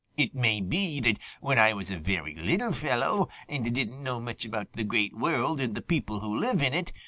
it may be that when i was a very little fellow and didn't know much about the great world and the people who live in it,